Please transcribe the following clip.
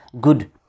good